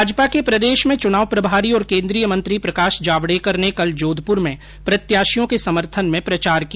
भाजपा के प्रदेश मे चुनाव प्रभारी और केन्द्रीय मंत्री प्रकाश जावडेकर ने कल जोधपुर में प्रत्याशियों के समर्थन में प्रचार किया